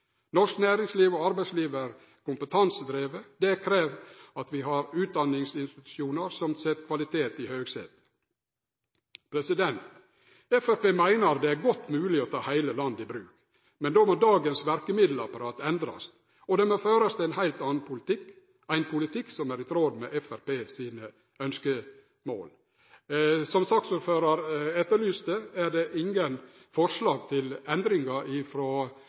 Norsk nærings- og arbeidsliv er kompetansedrive. Det krev at vi har utdanningsinstitusjonar som set kvalitet i høgsetet. Framstegspartiet meiner at det er godt mogleg å ta heile landet i bruk, men då må dagens verkemiddelapparat endrast, og det må førast ein heilt annan politikk, ein politikk som er i tråd med Framstegspartiet sine ønskemål. Som saksordføraren etterlyste: Det er ingen forslag til endringar frå